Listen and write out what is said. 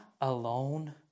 alone